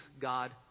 God